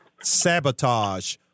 Sabotage